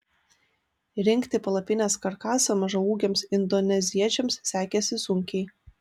rinkti palapinės karkasą mažaūgiams indoneziečiams sekėsi sunkiai